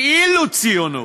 כאילו ציונות,